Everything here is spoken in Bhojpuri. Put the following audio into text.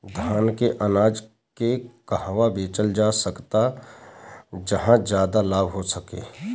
धान के अनाज के कहवा बेचल जा सकता जहाँ ज्यादा लाभ हो सके?